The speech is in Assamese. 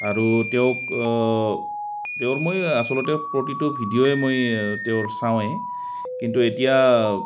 আৰু তেওঁক তেওঁৰ মই আচলতে প্ৰতিটো ভিডিঅ'য়ে মই তেওঁৰ চাওঁৱে কিন্তু এতিয়া